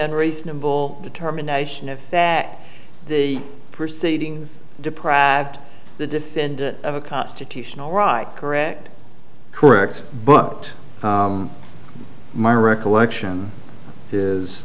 and reasonable determination of that proceed ngs deprived the defendant of a constitutional right correct correct but my recollection is